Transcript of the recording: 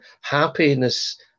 happiness